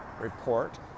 report